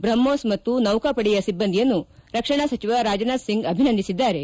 ಬ್ರಹೋಸ್ ಮತ್ತು ನೌಕಾಪಡೆಯ ಸಿಬ್ಬಂದಿಯನ್ನು ರಕ್ಷಣಾ ಸಚವ ರಾಜನಾಥ್ ಸಿಂಗ್ ಅಭಿನಂದಿಸಿದ್ದಾರೆ